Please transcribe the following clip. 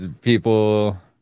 People